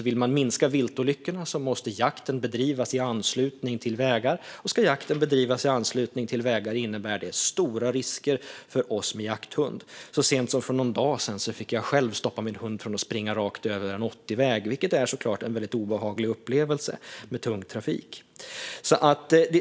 Vill man minska antalet viltolyckor måste jakten bedrivas i anslutning till vägar, och ska jakten bedrivas i anslutning till vägar innebär det stora risker för oss med jakthund. Så sent som för någon dag sedan fick jag själv stoppa min hund från att springa rakt över en 80-väg, vilket såklart är en väldigt obehaglig upplevelse när det är tung trafik.